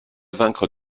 vaincre